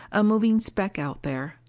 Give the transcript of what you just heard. a moving speck out there.